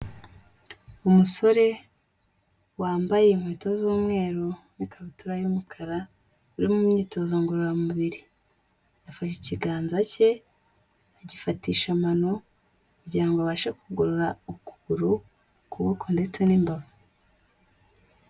Umusore wambaye inkweto z'umweru n'ikabutura y'umukara uri mu myitozo ngororamubiri, yafashe ikiganza cye agifatisha amano kugira ngo abashe kugorora ukuguru, ukuboko, ndetse n'imbavu.